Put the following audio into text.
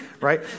Right